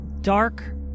dark